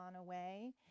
away